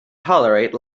tolerate